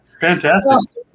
fantastic